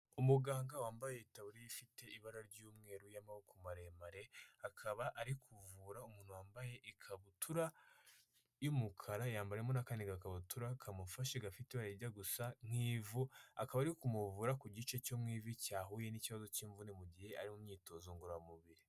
Umuganga wambaye itaburiye ifite ibara ry'umweru y'amaboko maremare, akaba ari kuvura umuntu wambaye ikabutura y'umukara, yambara n'akandi gakabutura kamufashe gafite ibara rijya gusa nk'ivu, akaba ari kumuvura ku gice cyo mu ivi cyahuye n'ikibazo cy'imvune mu gihe ari mu myitozo ngororamubiri.